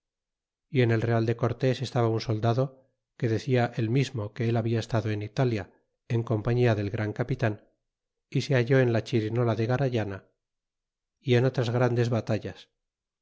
y en el real de cortés estaba un soldado que decia él mismo que él habla estado en italia en compañia del gran capitan y se halló en la chirinola de garayana y en otras grandes batallas